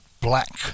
black